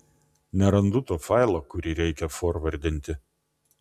nerandu to failo kurį reikia forvardinti